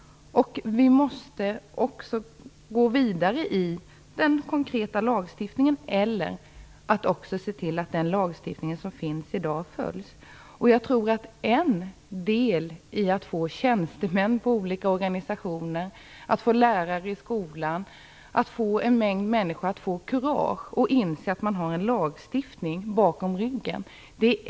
Vi måste också gå vidare i den konkreta lagstiftningen eller också se till att den lagstiftning som finns följs. En viktig del en sådan här debatt kan bidra till tror jag är att ge tjänstemän inom olika organisationer, lärare i skolan och en mängd andra människor kurage och få dem att inse att de har en lagstiftning bakom ryggen.